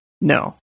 No